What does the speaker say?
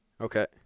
Okay